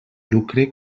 lucre